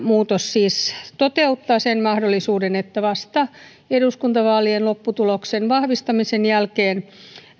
muutos siis toteuttaa sen mahdollisuuden että vasta eduskuntavaalien lopputuloksen vahvistamisen jälkeen